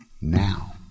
Now